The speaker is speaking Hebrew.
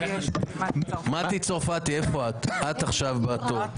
את עכשיו בתור.